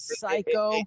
psycho